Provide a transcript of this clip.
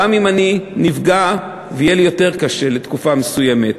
גם אם אני נפגע ויהיה לי יותר קשה תקופה מסוימת.